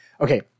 okay